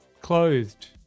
clothed